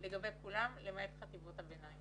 לגבי כולם למעט חטיבות הביניים,